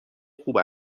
خوب